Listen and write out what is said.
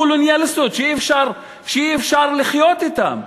קולוניאליסטיות שאי-אפשר לחיות אתן.